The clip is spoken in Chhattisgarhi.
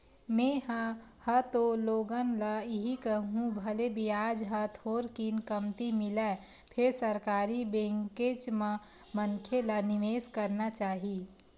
में हा ह तो लोगन ल इही कहिहूँ भले बियाज ह थोरकिन कमती मिलय फेर सरकारी बेंकेच म मनखे ल निवेस करना चाही